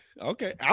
Okay